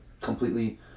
completely